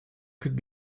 could